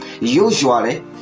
Usually